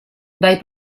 dai